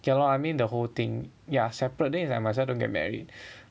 ya lor I mean the whole thing yeah separate then it's like might as well don't get married